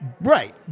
Right